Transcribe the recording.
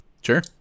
sure